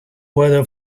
weather